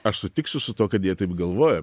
aš sutiksiu su tuo kad jie taip galvoja